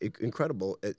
incredible